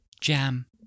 jam